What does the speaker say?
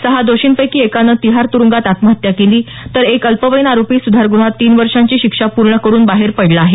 सहा दोषींपैकी एकानं तिहार तुरुंगात आत्महत्या केली तर एक अल्पवयीन आरोपी सुधारगृहात तीन वर्षांची शिक्षा पूर्ण करून बाहेर पडला आहे